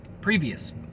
previous